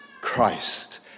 Christ